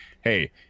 Hey